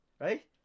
right